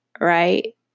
right